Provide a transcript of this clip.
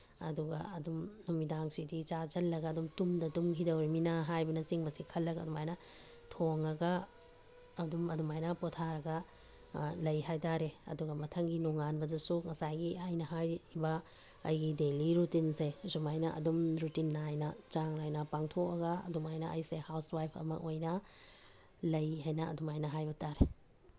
ꯑꯗꯨꯒ ꯑꯗꯨꯝ ꯅꯨꯃꯤꯗꯥꯡꯁꯤꯗꯤ ꯆꯥꯁꯤꯜꯂꯒ ꯑꯗꯨꯝ ꯇꯨꯝꯗ ꯇꯨꯝꯈꯤꯗꯧꯔꯤꯕꯅꯤꯅ ꯍꯥꯏꯕꯅꯆꯤꯡꯕꯁꯦ ꯈꯜꯂꯒ ꯑꯗꯨꯃꯥꯏꯅ ꯊꯣꯡꯉꯒ ꯑꯗꯨꯝ ꯑꯗꯨꯃꯥꯏꯅ ꯄꯣꯊꯥꯔꯒ ꯂꯩ ꯍꯥꯏ ꯇꯥꯔꯦ ꯑꯗꯨꯒ ꯃꯊꯪꯒꯤ ꯅꯣꯡꯉꯥꯟꯕꯗꯁꯨ ꯉꯁꯥꯏꯒꯤ ꯑꯩꯅ ꯍꯥꯏꯔꯤꯕ ꯑꯩꯒꯤ ꯗꯦꯂꯤ ꯔꯨꯇꯤꯟꯁꯦ ꯁꯨꯃꯥꯏꯅ ꯑꯗꯨꯝ ꯔꯨꯇꯤꯟ ꯅꯥꯏꯅ ꯆꯥꯡ ꯅꯥꯏꯅ ꯄꯥꯡꯊꯣꯛꯑꯒ ꯑꯗꯨꯃꯥꯏꯅ ꯑꯩꯁꯦ ꯍꯥꯎꯁ ꯋꯥꯏꯐ ꯑꯃ ꯑꯣꯏꯅ ꯂꯩ ꯍꯥꯏꯅ ꯑꯗꯨꯃꯥꯏꯅ ꯍꯥꯏꯕ ꯇꯥꯔꯦ